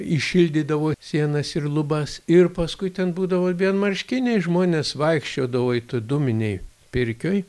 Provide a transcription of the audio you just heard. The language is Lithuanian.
įšildydavo sienas ir lubas ir paskui ten būdavo vienmarškiniai žmonės vaikščiodavo it dūminėj pirkioj